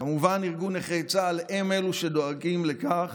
וכמובן ארגון נכי צה"ל, הם אלו שדואגים לכך